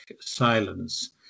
silence